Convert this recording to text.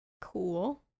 cool